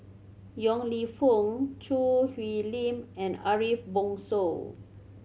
Yong Lew Foong Choo Hwee Lim and Ariff Bongso